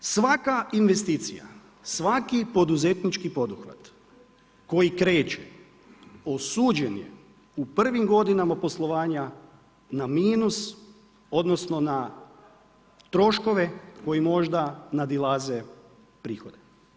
S druge strane, svaka investicija, svaki poduzetnički poduhvat koji kreće osuđen je u prvim godinama poslovanja na minus odnosno na troškove koji možda nadilaze prihode.